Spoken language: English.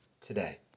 today